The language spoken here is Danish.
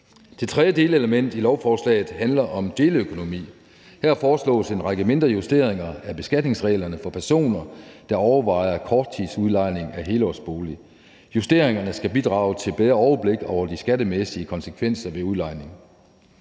Det tredje delelement i lovforslaget handler om deleøkonomi. Her foreslås en række mindre justeringer af beskatningsreglerne for personer, der overvejer korttidsudlejning af helårsboliger. Justeringerne skal bidrage til et bedre overblik over de skattemæssige konsekvenser ved udlejningen.